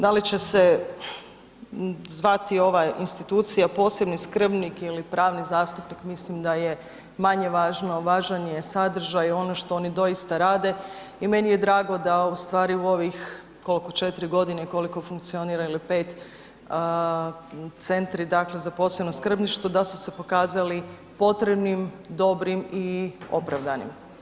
Da li će se zvati ova institucija posebni skrbnik ili pravni zastupnik mislim da je manje važno, važan je sadržaj, ono što oni doista rade i meni je drago da ustvari u ovih, koliko, 4 godine, koliko funkcionira ili 5 centri dakle za posebno skrbništvo, da su se pokazali potrebnim, dobrim i opravdanim.